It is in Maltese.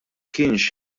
kienx